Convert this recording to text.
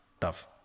tough